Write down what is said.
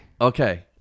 Okay